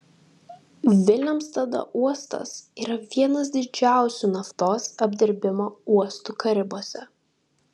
vilemstado uostas yra vienas didžiausių naftos apdirbimo uostų karibuose